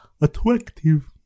attractive